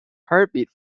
heartbeat